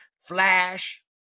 Flash